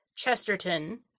chesterton